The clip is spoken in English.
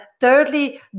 Thirdly